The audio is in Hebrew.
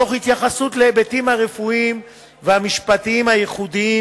תוך התייחסות להיבטים הרפואיים והמשפטיים הייחודיים